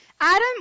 Adam